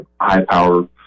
high-power